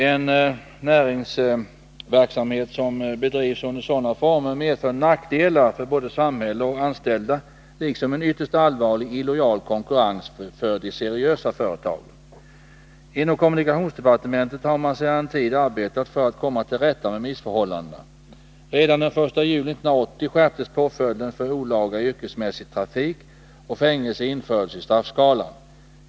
En näringsverksamhet som bedrivs under sådana former medför nackdelar för både samhälle och anställda liksom en ytterst allvarlig illojal konkurrens för de seriösa företagen. Inom kommunikationsdepartementet har man sedan en tid arbetat för att komma till rätta med missförhållandena. Redan den 1 juli 1980 skärptes påföljden för olaga yrkesmässig trafik, och fängelse infördes i straffskalan.